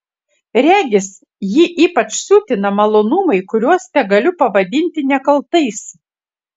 regis jį ypač siutina malonumai kuriuos tegaliu pavadinti nekaltais